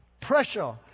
Pressure